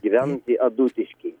gyventį adutišky